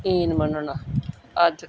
ਈਨ ਮੰਨਣਾ ਅੱਜ